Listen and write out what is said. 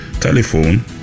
telephone